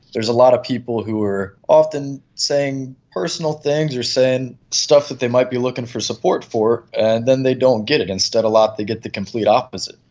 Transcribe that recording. there's a lot of people who are often saying personal things or saying stuff that they might be looking for support for, and then they don't get it, instead a lot they get the complete opposite.